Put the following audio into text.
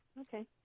Okay